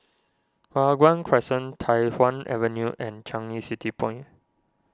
Hua Guan Crescent Tai Hwan Avenue and Changi City Point